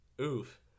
Oof